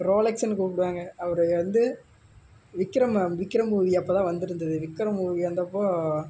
ரோலெக்ஸுன்னு கூப்பிடுவாங்க அவரை வந்து விக்ரம் விக்ரம் மூவி அப்போ தான் வந்திருந்துது விக்ரம் மூவி வந்தப்போ